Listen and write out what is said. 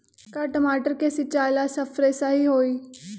का टमाटर के सिचाई ला सप्रे सही होई?